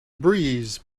breeze